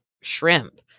shrimp